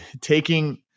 taking